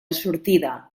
sortida